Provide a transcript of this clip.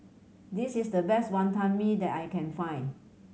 this is the best Wantan Mee that I can find